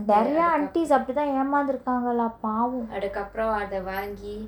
நெரய:neraya aunties அப்டிதா ஏமாந்து இருக்காங்க:apditha yemanthu irukanga lah பாவோ:paavo